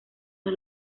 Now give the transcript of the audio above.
los